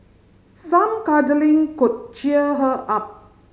some cuddling could cheer her up